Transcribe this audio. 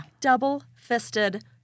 Double-fisted